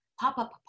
pop-up